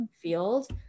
field